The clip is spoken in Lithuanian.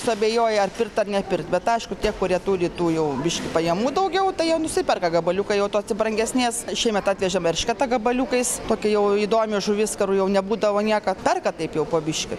suabejoja ar pirkt ar nepirkt bet aišku tie kurie turi tų jau biškį pajamų daugiau tai jie nusiperka gabaliuką jau tos ir brangesnės šįmet atvežėm eršketą gabaliukais tokia jau įdomi žuvis kur jau nebūdavo niekad perka taip jau po biškį